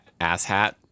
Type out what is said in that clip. asshat